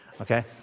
Okay